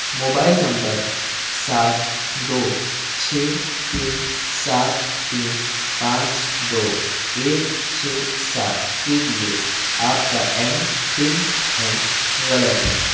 mobile نمبر سات دو چھ تین سات تین پانچ دو ایک چھ سات کے لیے آپ کا ایم پن ان غلط ہے